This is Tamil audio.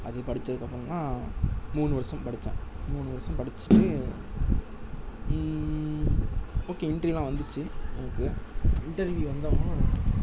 அது படித்ததுக்கப்றோந்தான் மூணு வர்ஷம் படித்தேன் மூணு வர்ஷம் படிச்சுட்டு ஓகே இன்டர்வியூலாம் வந்துச்சு எனக்கு இன்டர்வியூ வந்தப்றம்